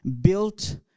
built